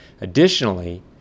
Additionally